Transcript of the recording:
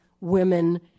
women